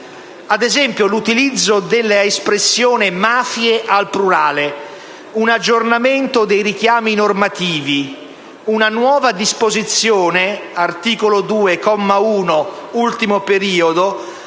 aspetti: l'utilizzo della espressione «mafie» al plurale; un aggiornamento dei richiami normativi; una nuova disposizione (articolo 2, comma 1, ultimo periodo),